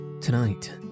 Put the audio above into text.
Tonight